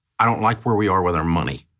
i don't like where we are with our money,